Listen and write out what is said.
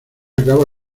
acaba